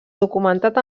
documentat